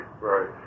Right